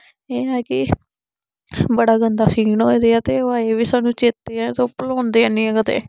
एह् ऐ की बड़ा गंदा सीन होया जियां ते ओह् अजे बी साह्नू चेत्ते ऐ ते भलोंदे हन्नी ऐ कदें